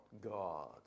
God